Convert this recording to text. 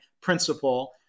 principle